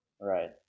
Right